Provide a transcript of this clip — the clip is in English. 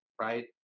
right